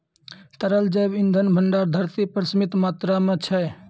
तरल जैव इंधन भंडार धरती पर सीमित मात्रा म छै